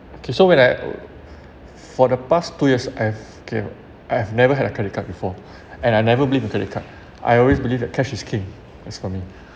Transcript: okay so when I for the past two years I've okay I've never had a credit card before and I never believe in credit card I always believe that cash is king as for me